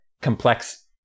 complex